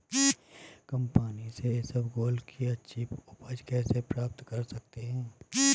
कम पानी से इसबगोल की अच्छी ऊपज कैसे तैयार कर सकते हैं?